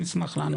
נשמח לענות.